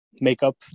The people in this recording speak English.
Makeup